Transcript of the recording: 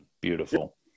Beautiful